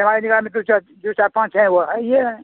हमारी निगाह में जो चार जो चार पाँच हैं वो होए हैं